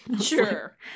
sure